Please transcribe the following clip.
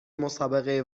مسابقه